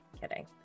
kidding